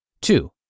Two